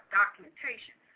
documentation